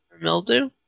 Mildew